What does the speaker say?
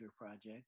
project